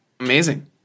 Amazing